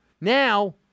Now